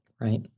Right